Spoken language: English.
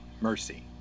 Mercy